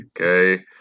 Okay